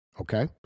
okay